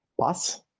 pass